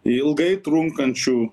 ilgai trunkančių